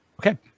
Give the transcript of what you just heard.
okay